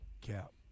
cap